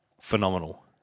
phenomenal